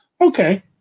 okay